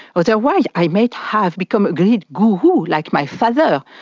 otherwise i may have become a great guru like my father,